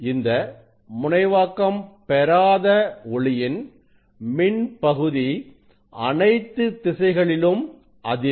இந்த முனைவாக்கம் பெறாத ஒளியின் மின் பகுதி அனைத்து திசைகளிலும் அதிரும்